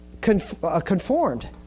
conformed